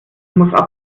muss